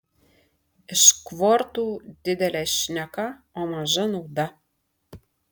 iš kvortų didelė šneka o maža nauda